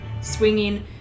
swinging